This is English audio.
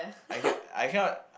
I can I cannot